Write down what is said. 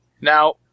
Now